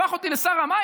הפך אותי לשר המים,